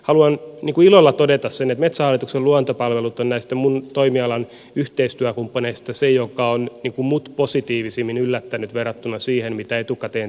haluan ilolla todeta sen että metsähallituksen luontopalvelut ovat näistä minun toimialani yhteistyökumppaneista se joka on minut positiivisimmin yllättänyt verrattuna siihen mitä etukäteen tiesin hallinnonalastani